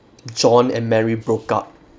john and mary broke up